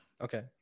okay